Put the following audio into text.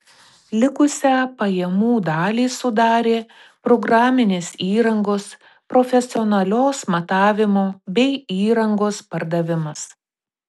likusią pajamų dalį sudarė programinės įrangos profesionalios matavimo bei įrangos pardavimas